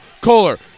Kohler